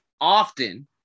often